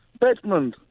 Bedmond